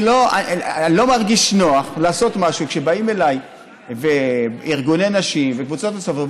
אני לא מרגיש נוח לעשות משהו כשבאים אליי ארגוני נשים וקבוצות נוספות,